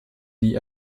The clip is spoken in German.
nie